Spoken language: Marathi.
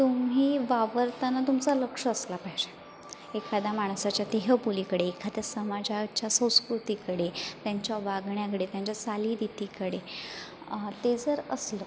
तुम्ही वावरताना तुमचं लक्ष असलं पाहिजे एखाद्या माणसाच्या देहबोलीकडे एखाद्या समाजाच्या संस्कृतीकडे त्यांच्या वागण्याकडे त्यांच्या चालीरितीकडे ते जर असलं